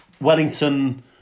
Wellington